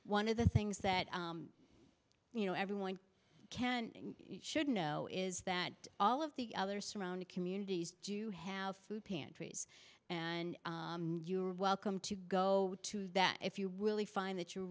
one of the things that you know everyone can you should know is that all of the other surrounding communities do have food pantries and you are welcome to go to that if you will find that you